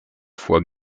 fois